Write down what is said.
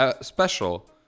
special